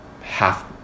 half